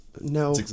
No